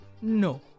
No